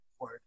word